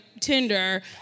Tinder